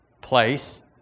place